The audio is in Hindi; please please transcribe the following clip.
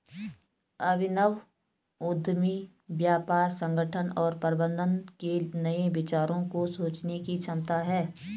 अभिनव उद्यमी व्यापार संगठन और प्रबंधन के नए विचारों को सोचने की क्षमता है